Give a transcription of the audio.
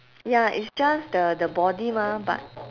ya it's just the the body mah but